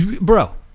bro